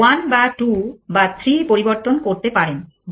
1 বা 2 বা 3 পরিবর্তন করতে পারেন